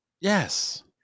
Yes